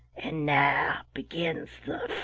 and now begins